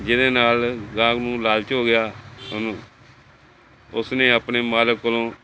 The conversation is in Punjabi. ਜਿਹਦੇ ਨਾਲ ਅਗਾਂਹ ਉਹਨੂੰ ਲਾਲਚ ਹੋ ਗਿਆ ਉਹਨੂੰ ਉਸਨੇ ਆਪਣੇ ਮਾਲਕ ਕੋਲੋਂ